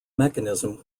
mechanism